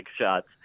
shots